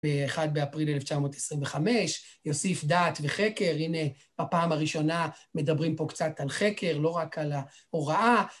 באחד באפריל 1925, יוסיף דעת וחקר, הנה בפעם הראשונה מדברים פה קצת על חקר, לא רק על ההוראה.